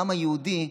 העם היהודי,